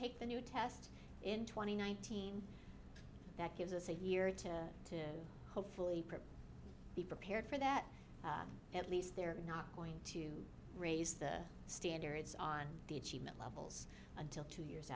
take the new test in twenty nineteen that gives us a year to to hopefully be prepared for that at least they're not going to raise the standards on the achievement level until two years